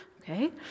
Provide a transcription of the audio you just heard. okay